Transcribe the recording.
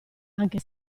anche